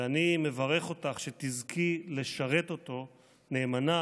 ואני מברך אותך שתזכי לשרת אותו נאמנה